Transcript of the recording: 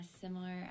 similar